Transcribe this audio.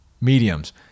mediums